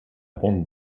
bande